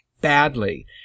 badly